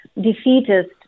defeatist